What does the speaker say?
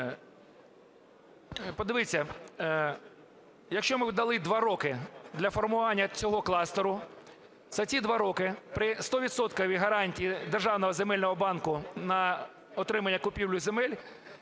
Подивіться, якщо ми дали 2 роки для формування цього кластеру, за ці 2 роки при стовідсотковій гарантії державного земельного банку на отримання купівлі земель